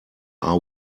are